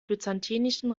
byzantinischen